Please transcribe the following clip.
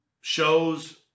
shows